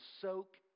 soak